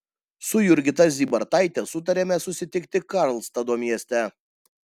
su jurgita zybartaite sutarėme susitikti karlstado mieste